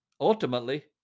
ultimately